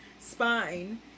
spine